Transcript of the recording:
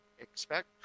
Expect